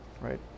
right